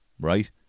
right